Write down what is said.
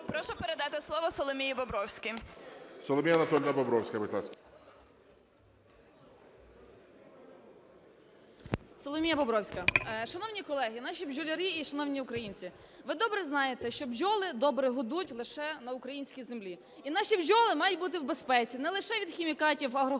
Прошу передати слово Соломії Бобровській. ГОЛОВУЮЧИЙ. Соломія Анатоліївна Бобровська, будь ласка. 11:51:17 БОБРОВСЬКА С.А. Соломія Бобровська. Шановні колеги, наші бджолярі і шановні українці! Ви добре знаєте, що бджоли добре гудуть лише на українській землі. І наші бджоли мають бути в безпеці не лише від хімікатів агрохолдингів,